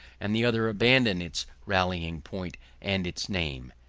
and the other abandoned its rallying-point and its name.